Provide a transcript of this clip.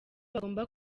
bagomba